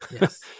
Yes